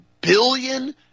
billion